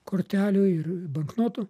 kortelių ir banknotų